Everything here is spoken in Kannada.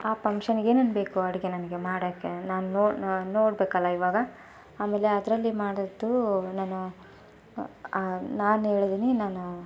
ಆ ಪಂಕ್ಷನಿಗೆ ಏನೇನು ಬೇಕು ಅಡುಗೆ ನನಗೆ ಮಾಡಕ್ಕೆ ನಾನು ನೋ ನೋಡ್ಬೇಕಲ್ಲ ಇವಾಗ ಆಮೇಲೆ ಅದರಲ್ಲಿ ಮಾಡಿದ್ದು ನಾನು ನಾನು ಹೇಳಿದೀನಿ ನಾನು